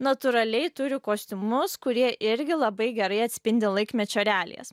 natūraliai turi kostiumus kurie irgi labai gerai atspindi laikmečio realijas